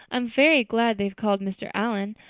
i'm very glad they've called mr. allan.